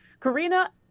Karina